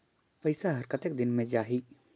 पइसा हर कतेक दिन मे जाही?